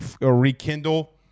rekindle